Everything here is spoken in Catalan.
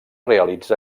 realitza